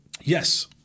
Yes